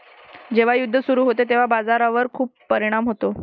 जेव्हा युद्ध सुरू होते तेव्हा बाजारावर खूप परिणाम होतो